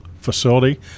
facility